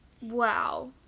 Wow